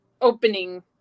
opening